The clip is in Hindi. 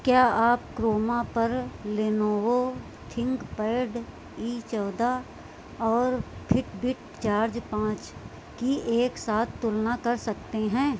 क्या आप क्रोमा पर लेनोवो थिंकपैड इ चौदह और फिटबिट चार्ज पाँच की एक साथ तुलना कर सकते हैं